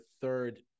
third